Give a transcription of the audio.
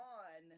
on